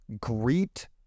Greet